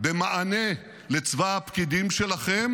במענה לצבא הפקידים שלכם